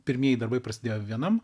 pirmieji darbai prasidėjo vienam